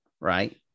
right